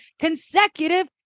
consecutive